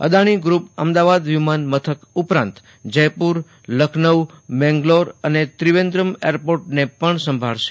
Adani group Ahmedabad airport ઉપરાંત જયપુર લખનઉ મેંગલોર અને ત્રિવેન્દ્રમ એરપોર્ટને પણ સંભાળશે